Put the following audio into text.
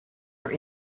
are